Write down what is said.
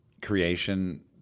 creation